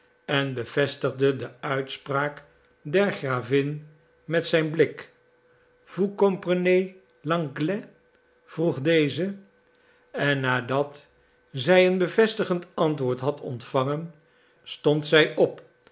en bevestigde de uitspraak der gravin met zijn blik vous comprenez l'anglais vroeg deze en nadat zij een bevestigend antwoord had ontvangen stond zij op